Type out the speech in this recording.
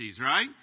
right